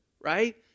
right